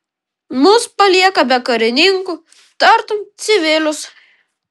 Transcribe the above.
mus palieka be karininkų tartum civilius